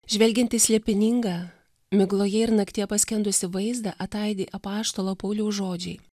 žvelgiant į slėpiningą migloje ir naktyje paskendusi vaizdą ataidi apaštalo pauliaus žodžiai